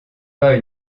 pas